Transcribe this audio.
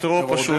הטרור פשוט,